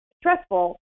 stressful